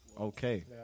Okay